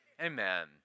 Amen